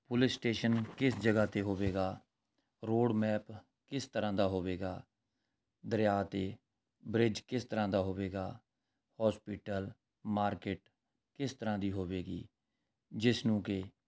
police station ਕਿਸ ਜਗ੍ਹਾ 'ਤੇ ਹੋਵੇਗਾ ਰੋਡ ਮੈਪ ਕਿਸ ਤਰ੍ਹਾਂ ਦਾ ਹੋਵੇਗਾ ਦਰਿਆ 'ਤੇ ਬ੍ਰਿਜ ਕਿਸ ਤਰ੍ਹਾਂ ਦਾ ਹੋਵੇਗਾ ਹੋਸਪੀਟਲ ਮਾਰਕੀਟ ਕਿਸ ਤਰ੍ਹਾਂ ਦੀ ਹੋਵੇਗੀ ਜਿਸ ਨੂੰ ਕਿ